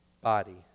body